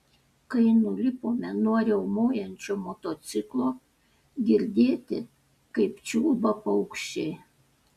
kai nulipome nuo riaumojančio motociklo girdėti kaip čiulba paukščiai